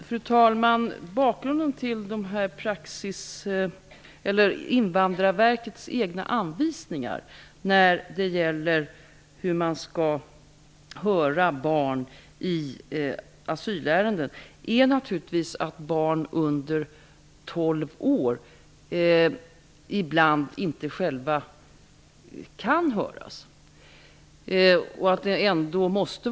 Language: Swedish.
Fru talman! Bakgrunden till Invandrarverkets egna anvisningar för hur man skall höra barn i asylärenden är naturligtvis att barn under 12 år ibland inte själva kan höras.